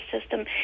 system